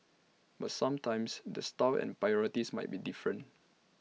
but sometimes the style and priorities might be different